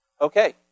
Okay